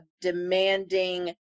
demanding